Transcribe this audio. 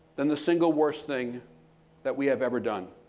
than the single worst thing that we have ever done.